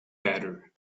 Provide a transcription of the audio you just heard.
better